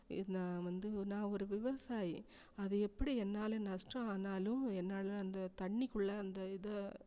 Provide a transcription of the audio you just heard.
இதை நான் வந்து நான் ஒரு விவசாயி அது எப்படி என்னால் நஷ்டம் ஆனாலும் என்னால் அந்த தண்ணிக்குள்ளே அந்த இதை